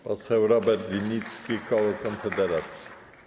Poseł Robert Winnicki, koło Konfederacja.